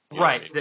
Right